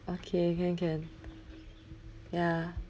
okay can can ya